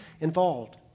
involved